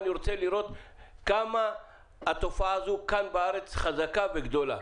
אני רוצה לראות כמה התופעה הזו כאן בארץ חזקה וגדולה.